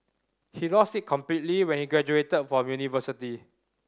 he lost it completely when he graduated from university